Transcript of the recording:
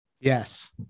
Yes